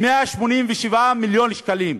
187 מיליון שקלים.